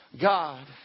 God